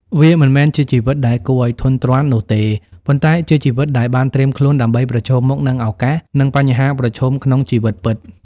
វាមិនមែនជាជីវិតដែលគួរឱ្យធុញទ្រាន់នោះទេ ប៉ុន្តែជាជីវិតដែលបានត្រៀមខ្លួនដើម្បីប្រឈមមុខនឹងឱកាសនិងបញ្ហាប្រឈមក្នុងជីវិតពិត។